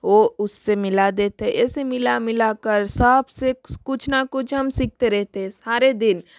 ओ उससे मिला देते ऐसे मिला मिलाकर साबसे कुछ ना कुछ हम सीखते रहते हैं सारे दिन